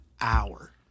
hour